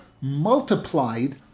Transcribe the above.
multiplied